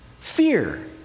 Fear